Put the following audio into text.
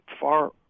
far